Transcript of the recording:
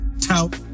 tout